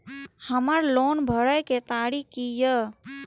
हमर लोन भरय के तारीख की ये?